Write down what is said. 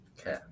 Okay